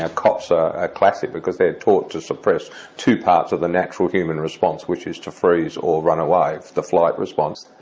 ah cops are ah classic because they are taught to suppress two parts of the human response, which is to freeze or run away, the flight response,